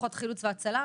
כוחות חילוץ והצלה,